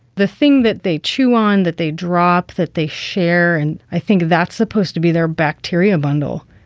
the thing that they chew on, that they drop, that they share. and i think that's supposed to be their bacteria bundle.